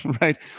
right